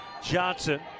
Johnson